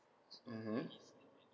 mmhmm